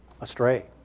astray